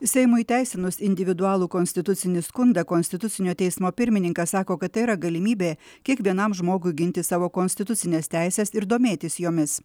seimui įteisinus individualų konstitucinį skundą konstitucinio teismo pirmininkas sako kad tai yra galimybė kiekvienam žmogui ginti savo konstitucines teises ir domėtis jomis